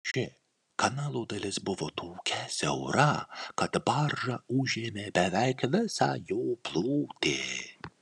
ši kanalo dalis buvo tokia siaura kad barža užėmė beveik visą jo plotį